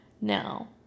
Now